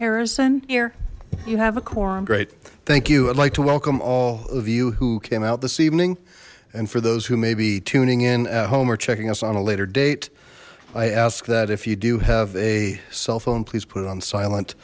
harrison here you have a quorum great thank you i'd like to welcome all of you who came out this evening and for those who may be tuning in at home or checking us on a later date i ask that if you do have a cell phone please put it on silent